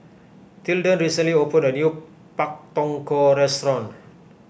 Tilden recently opened a new Pak Thong Ko restaurant